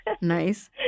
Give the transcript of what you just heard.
nice